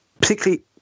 particularly